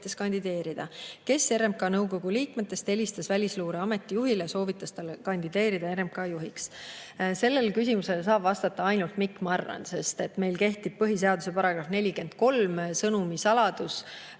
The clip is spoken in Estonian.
Kes RMK nõukogu liikmetest helistas välisluureameti juhile ja soovitas tal kandideerida RMK juhiks?" Sellele küsimusele saab vastata ainult Mikk Marran, sest meil kehtib põhiseaduse § 43 sõnumite saladuse